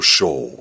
Show